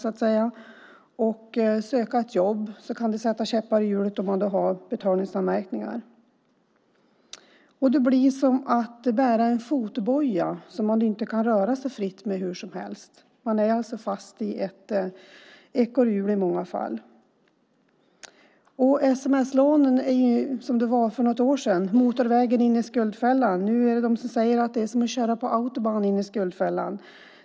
När man ska söka jobb kan det sätta käppar i hjulet om man har betalningsanmärkningar. Det är som att bära en fotboja som man inte kan röra sig fritt med hur som helst. Man är alltså i många fall fast i ett ekorrhjul. Sms-lånen var för något år sedan motorvägen in i skuldfällan. Nu finns det de som säger att det är som att köra på Autobahn in i skuldfällan.